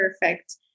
perfect